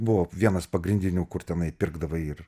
buvo vienas pagrindinių kur tenai pirkdavai ir